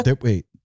Wait